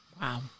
Wow